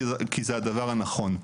כי זה הדבר הנכון.